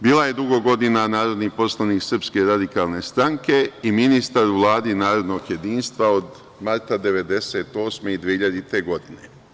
Bila je dugo godina narodni poslanik Srpske radikalne stranke i ministar u Vladi narodnog jedinstva od marta 1998. i 2000. godine.